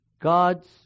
God's